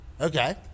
Okay